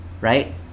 right